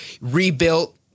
rebuilt